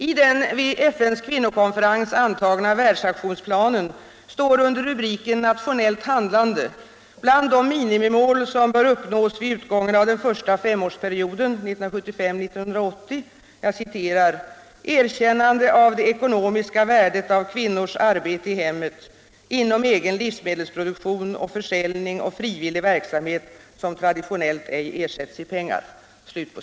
I den vid FN:s kvinnokonferens antagna världsaktionsplanen står under rubriken Nationellt handlande, bland de minimimål som bör uppnås vid utgången av den första femårsperioden , upptaget erkännande av det ekonomiska värdet av kvinnors arbete i hemmet, inom egen livsmedelsproduktion och försäljning och frivillig verksamhet som traditionellt ej ersätts i pengar.